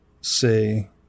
say